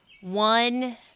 one